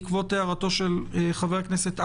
בעקבות הערתו של חבר הכנסת האוזר,